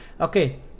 Okay